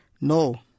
No